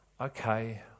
okay